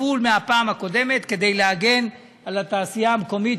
כפול מהפעם הקודמת, כדי להגן על התעשייה המקומית.